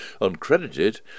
uncredited